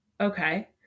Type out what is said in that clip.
okay